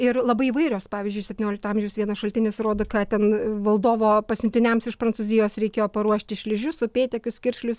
ir labai įvairios pavyzdžiui septyniolikto amžiaus vienas šaltinis rodo ką ten valdovo pasiuntiniams iš prancūzijos reikėjo paruošti šlyžius upėtakius kiršlius